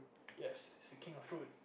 yes it's the king of fruit